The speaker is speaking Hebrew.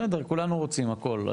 בסדר, כולנו רוצים הכול.